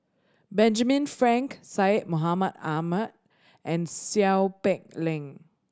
Benjamin Frank Syed Mohamed Ahmed and Seow Peck Leng